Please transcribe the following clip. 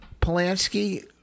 Polanski